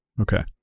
Okay